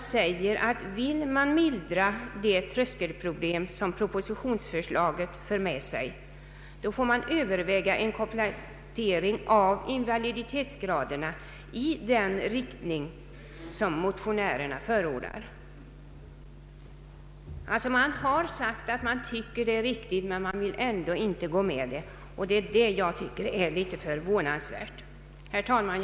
Utskottet skriver: ”Vill man mildra det tröskelproblem som propositionsförslaget för med sig, får man överväga en komplettering av invaliditetsgraderna i den Ang. vidgad förtidspensionering, m.m. riktning som motionärerna förordar.” Utskottet säger alltså att man tycker att motionärernas förslag är riktigt men vill ändå inte gå med på förslaget. Detta finner jag vara förvånansvärt. Herr talman!